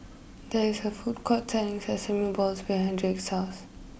there is a food court selling Sesame Balls behind Drake's house